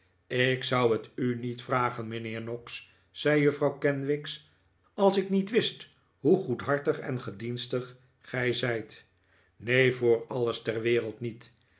ik zou het u niet vragen mijnheer noggs zei juffrouw kenwigs als ik niet wist hoe goedhartig en gedienstig gij zijt neen voor alles ter wereld niet